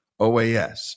OAS